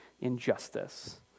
injustice